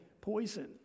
poison